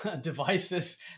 Devices